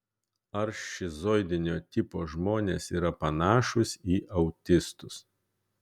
ar šizoidinio tipo žmonės yra panašūs į autistus